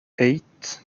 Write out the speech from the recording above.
eight